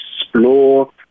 explore